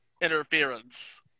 interference